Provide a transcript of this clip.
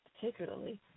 particularly